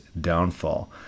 downfall